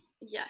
yes